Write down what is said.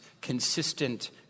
consistent